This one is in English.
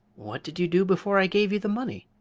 what did you do before i gave you the money?